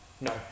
No